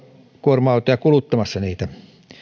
kuorma autoja kuluttamassa niitä